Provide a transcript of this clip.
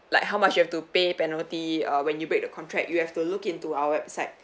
like how much you've to pay penalty uh when you break the contract you have to look into our website